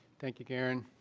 thank you, garen.